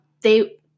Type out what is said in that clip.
they-